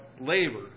labor